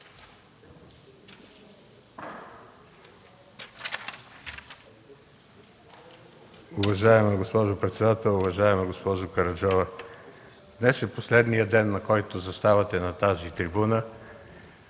Уважаема госпожо председател, уважаема госпожо Караджова! Днес е последният ден, в който заставате на тази трибуна